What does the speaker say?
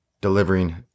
delivering